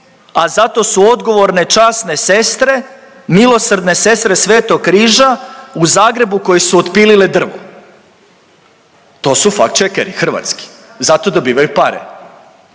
a za to su odgovorne časne sestre, milosrdne sestre svetog Križa u Zagrebu koje su otpilile drvo.“ To su fact checkeri hrvatski, za to dobivaju pare.